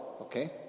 Okay